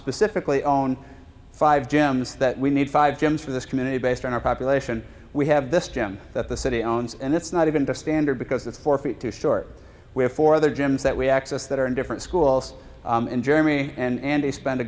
specifically own five gems that we need five gyms for this community based on our population we have this gym that the city owns and it's not even a standard because it's four feet too short we have four other gyms that we access that are in different schools in germany and they spend a